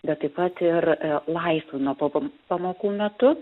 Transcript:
bet taip pat ir laisvu nuo po pamokų metu